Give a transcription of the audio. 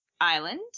island